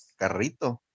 Carrito